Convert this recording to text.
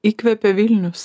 įkvepia vilnius